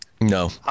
No